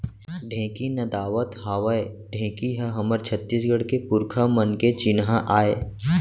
ढेंकी नदावत हावय ढेंकी ह हमर छत्तीसगढ़ के पुरखा मन के चिन्हा आय